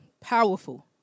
Powerful